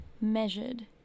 measured